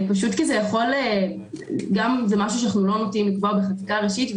זה גם משהו שאנחנו לא נוטים לקבוע בחקיקה ראשית,